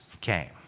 came